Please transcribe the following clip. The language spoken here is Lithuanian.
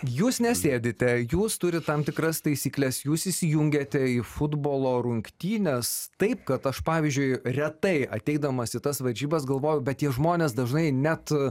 jūs nesėdite jūs turi tam tikras taisykles jūs įsijungiate į futbolo rungtynes taip kad aš pavyzdžiui retai ateidamas į tas varžybas galvoju bet tie žmonės dažnai net